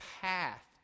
path